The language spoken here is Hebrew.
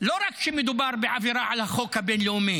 לא רק כשמדובר בעבירה על החוק הבין-לאומי,